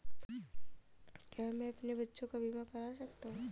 क्या मैं अपने बच्चों का बीमा करा सकता हूँ?